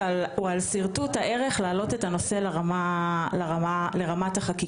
משטרת ישראל מפעילה מגוון של אמצעים ויכולות למניעה של הפעלת כוח